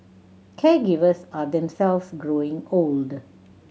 caregivers are themselves growing old